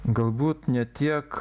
galbūt ne tiek